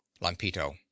Lampito